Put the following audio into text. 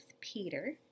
Peter